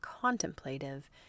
contemplative